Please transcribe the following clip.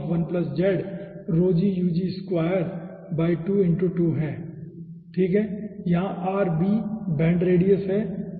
जहां RB bend radius है ठीक है